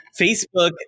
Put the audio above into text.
Facebook